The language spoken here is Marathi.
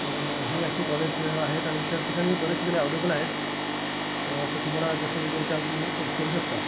तर हे असे कॉलेज आहेत आणि इतर ठिकाणी बऱ्याच ठिकाणी अवलेबल आहेत तर तुम्हाला जसं योग्य त्या तुम्ही कोर्स करू शकता